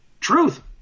truth